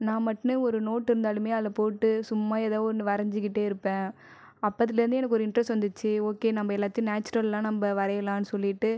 நான் மட்னு ஒரு நோட் இருந்தாலுமே அதில் போட்டு சும்மா ஏதோ ஒன்று வரஞ்சு கிட்டே இருப்பேன் அப்போத்திலேருந்து எனக்கு ஒரு இன்ட்ரஸ்ட் வந்துச்சு ஓகே நம்ம எல்லாத்தையும் நேச்சுரல்லாம் நம்ம வரையலாம் சொல்லிகிட்டு